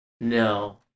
No